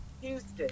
Houston